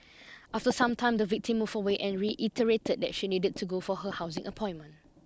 after some time the victim moved away and reiterated that she needed to go for her housing appointment